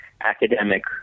academic